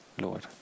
Lord